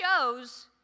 shows